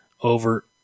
over